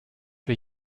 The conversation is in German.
für